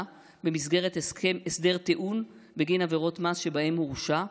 במסגרת הסדר טיעון בגין עבירות מס שבהן הורשע,